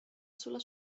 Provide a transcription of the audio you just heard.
sulla